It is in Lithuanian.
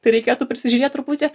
tai reikėtų prisižiūrėt truputį